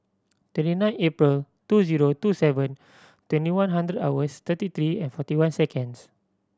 twenty nine April two zero two seven twenty one hundred hours thirty three and forty one seconds